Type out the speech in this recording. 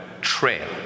trail